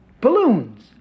balloons